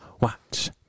watch